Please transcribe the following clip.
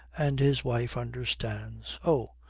and his wife understands. oh,